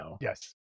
Yes